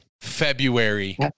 February